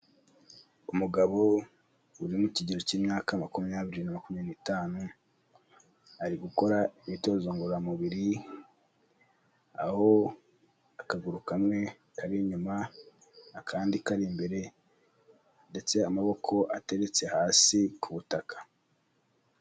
Umugabo uri mu kigero cy'imyaka makumyabiri na makumyabiri n'itanu, ari gukora imyitozo ngororamubiri aho akaguru kamwe kari inyuma akandi kari imbere ndetse amaboko ateretse hasi ku butaka.